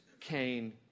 Cain